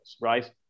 right